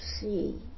see